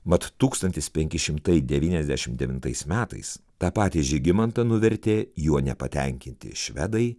mat tūkstantis penki šimtai devyniasdešim devintais metais tą patį žygimantą nuvertė juo nepatenkinti švedai